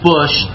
Bush